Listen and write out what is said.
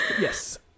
Yes